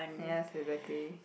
yes exactly